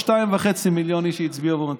2.5 מיליון איש שהצביעו בעבור נתניהו,